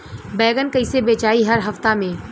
बैगन कईसे बेचाई हर हफ्ता में?